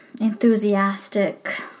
enthusiastic